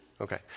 Okay